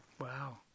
wow